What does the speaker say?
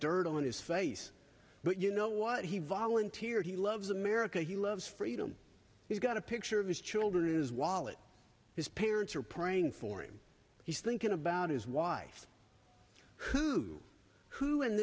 dirt on his face but you know what he volunteered he loves america he loves freedom he's got a picture of his children is wallet his parents are praying for him he's thinking about his wife who's who